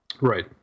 Right